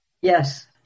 Yes